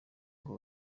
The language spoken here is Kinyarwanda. ngo